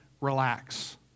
Relax